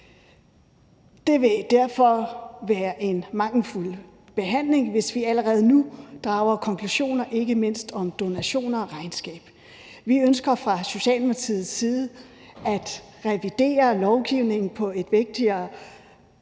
Det vil derfor være en mangelfuld behandling, hvis vi allerede nu drager konklusioner, ikke mindst om donationer og regnskab. Vi ønsker fra Socialdemokratiets side at revidere lovgivningen på et vigtigere